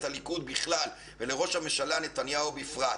הליכוד בכלל ולראש הממשלה נתניהו בפרט.